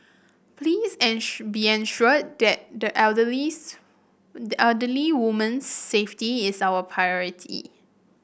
please be ensured that the elderly's the elderly woman's safety is our priority